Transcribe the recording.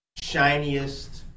shiniest